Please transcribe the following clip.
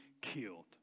killed